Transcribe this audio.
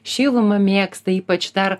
šilumą mėgsta ypač dar